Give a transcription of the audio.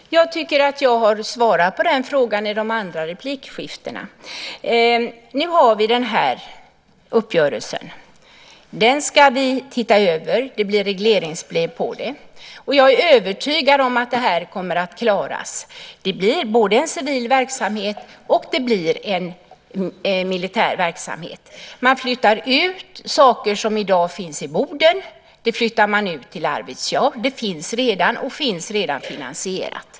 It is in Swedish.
Herr talman! Jag tycker att jag har svarat på den frågan i de andra replikskiftena. Nu har vi uppgörelsen. Den ska vi titta över. Det blir regleringsbrev på det. Jag är övertygad om att det kommer att klaras. Det blir både en civil verksamhet och en militär verksamhet. Man flyttar ut saker som i dag finns i Boden till Arvidsjaur. Det finns redan finansierat.